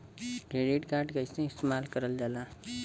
Credit card कईसे इस्तेमाल करल जाला?